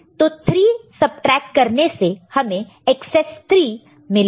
तो 3 सबट्रैक्ट करने से हमें एकसेस 3 मिलेगा